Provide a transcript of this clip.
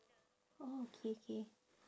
orh K K